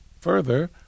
further